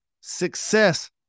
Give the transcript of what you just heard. success